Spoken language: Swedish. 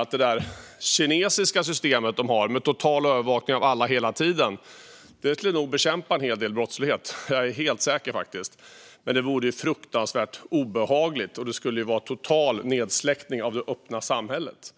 att det kinesiska systemet med total övervakning av alla hela tiden skulle bekämpa en hel del brottslighet. Det är jag helt säker på, faktiskt. Men det vore fruktansvärt obehagligt, och det skulle innebära en total nedsläckning av det öppna samhället.